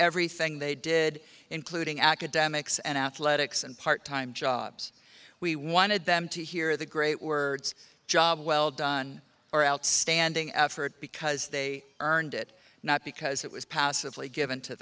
everything they did including academics and athletics and part time jobs we wanted them to hear the great words job well done or outstanding effort because they earned it not because it was passively